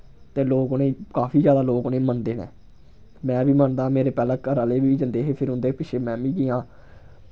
ते लोक उ'नेंगी काफी ज्यादा लोक उ'नेंगी मन्नदे न मै बी मन्नदा मेरे पैह्ले घरा आह्ले बी जन्दे हे फिर उं'दे पिच्छे मैं मि गेआं